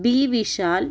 B Vishal